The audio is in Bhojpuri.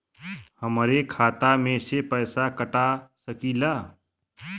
हमरे खाता में से पैसा कटा सकी ला?